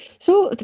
so,